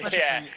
but yeah.